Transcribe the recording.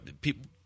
People